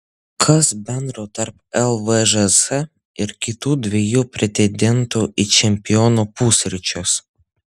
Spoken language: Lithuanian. kas bendro tarp lvžs ir kitų dviejų pretendentų į čempionų pusryčius